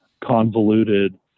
convoluted